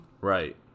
Right